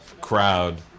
crowd